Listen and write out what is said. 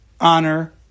honor